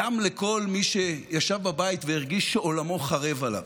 וגם לכל מי שישב בבית והרגיש שעולמו חרב עליו: